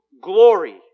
glory